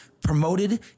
promoted